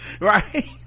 Right